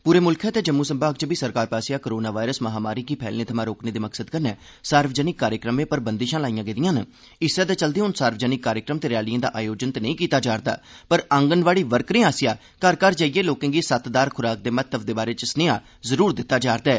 पूरे मुल्ख ते जम्मू संभाग च बी सरकार आसेआ कोरोना वायरस महामारी गी फैलने थमां रोकने दे मकसद कन्नै सार्वजनिक कार्यक्रमें पर बंदिशां लाईयां गेदिआं न इस्सै दे चलदे हून सार्वजनिक कार्यक्रमें ते रैलियें दा आयोजन ते नेई कीता जाग पर आंगनवाड़ी वर्करें आसेआ घर घर जाइयै लोकें गी सत्तदार खुराक दे महत्व दे बारै च स्नेया जरूर दित्ता जा'रदा ऐ